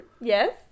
Yes